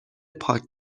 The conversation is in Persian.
پاک